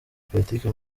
politike